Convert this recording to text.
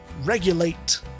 regulate